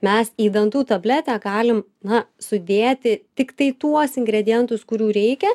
mes į dantų tabletę galim na sudėti tiktai tuos ingredientus kurių reikia